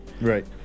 Right